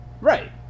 right